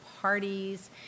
parties